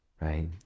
Right